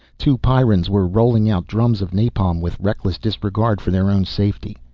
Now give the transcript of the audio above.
two pyrrans were rolling out drums of napalm with reckless disregard for their own safety.